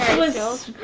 was is